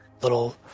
little